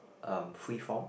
uh free form